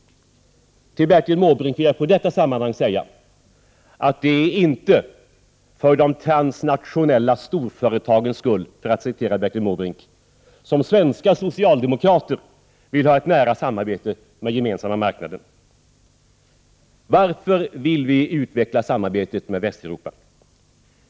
Till Bertil Måbrink vill jag i detta sammanhang säga att det inte är för de transnationella storföretagens skull — för att citera Bertil Måbrink — som svenska socialdemokrater vill ha ett nära samarbete med Gemensamma marknaden. Varför vill vi utveckla samarbetet med Västeuropa?